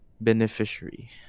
beneficiary